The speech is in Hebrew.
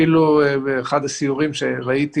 אפילו באחד הסיורים שראיתי